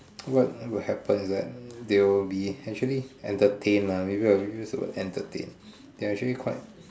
what will happen right they will be actually entertain ah maybe they'll entertain they actually quite